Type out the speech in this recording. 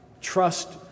trust